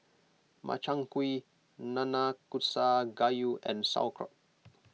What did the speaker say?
Makchang Gui Nanakusa Gayu and Sauerkraut